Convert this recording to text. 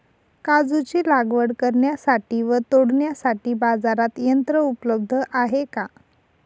काजूची लागवड करण्यासाठी व तोडण्यासाठी बाजारात यंत्र उपलब्ध आहे का?